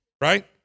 right